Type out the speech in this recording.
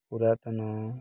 ପୁରାତନ